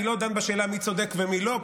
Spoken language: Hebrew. אני לא דן בשאלה מי צודק פה ומי לא,